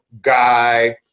guy